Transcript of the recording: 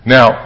Now